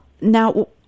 now